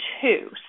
two